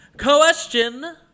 Question